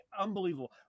unbelievable